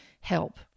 help